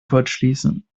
kurzschließen